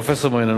פרופסור מרינה,